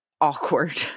awkward